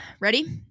Ready